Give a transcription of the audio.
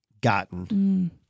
gotten